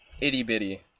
itty-bitty